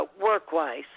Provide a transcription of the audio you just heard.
work-wise